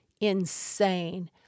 insane